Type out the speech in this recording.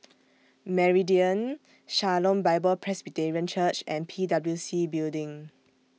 Meridian Shalom Bible Presbyterian Church and P W C Building